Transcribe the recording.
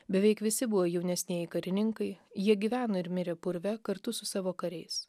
beveik visi buvo jaunesnieji karininkai jie gyveno ir mirė purve kartu su savo kariais